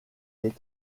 des